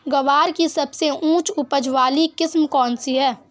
ग्वार की सबसे उच्च उपज वाली किस्म कौनसी है?